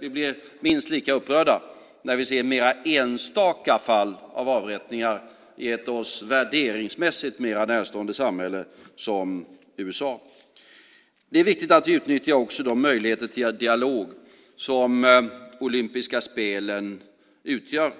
blir minst lika upprörda när vi ser mer enstaka fall av avrättningar i ett oss värderingsmässigt mer närstående samhälle som USA. Det är viktigt att vi utnyttjar de möjligheter till dialog som Olympiska spelen utgör.